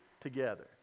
together